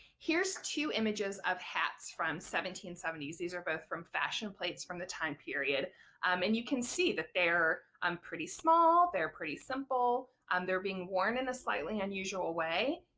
here's two images of hats from seventeen seventy s these are both from fashion plates from the time period and you can see that they're um pretty small, they're pretty simple, um they're being worn in a slightly unusual way.